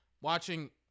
watching